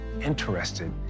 interested